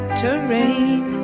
terrain